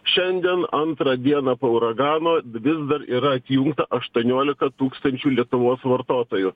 šiandien antrą dieną po uragano vis dar yra atjungta aštuoniolika tūkstančių lietuvos vartotojų